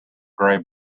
gray